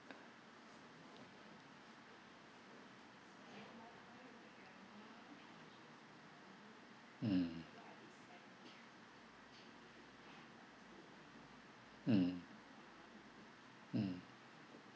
mm mm mm